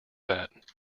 that